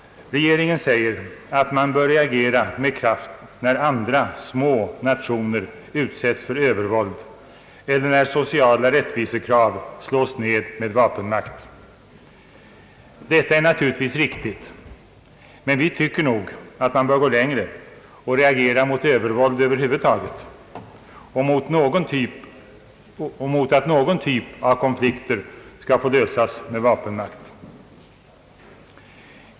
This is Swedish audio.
Regeringen säger att man bör reagera med kraft när andra små nationer utsätts för övervåld eller när sociala rättvisekrav slås ned med vapenmakt. Detta är naturligtvis riktigt, men vi tycker nog att man bör gå längre och reagera mot övervåld över huvud taget och mot att någon typ av konflikter skall få lösas med vapenmakt.